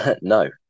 No